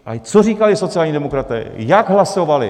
Ale co říkali sociální demokraté, jak hlasovali?